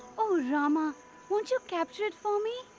oh rama, won't you capture it for me?